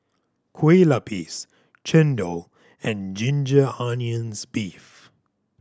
Kueh Lapis chendol and ginger onions beef